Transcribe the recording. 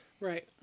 Right